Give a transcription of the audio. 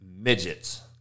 midgets